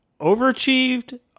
overachieved